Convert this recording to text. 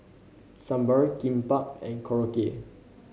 Sambar Kimbap and Korokke